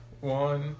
One